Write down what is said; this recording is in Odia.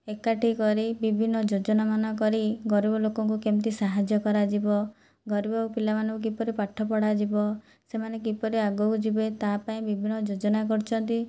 ଏକାଠି କରି ବିଭିନ୍ନ ଯୋଜନାମାନ କରି ଗରିବଲୋକଙ୍କୁ କେମିତି ସାହାଯ୍ୟ କରାଯିବ ଗରିବ ପିଲାମାନଙ୍କୁ କିପରି ପାଠପଢ଼ାଯିବ ସେମାନେ କିପରି ଆଗକୁ ଯିବେ ତା ପାଇଁ ବିଭିନ୍ନ ଯୋଜନା କରିଛନ୍ତି